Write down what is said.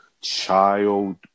child